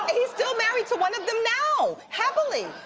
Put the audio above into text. he's still married to one of them now! happily!